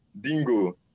Dingo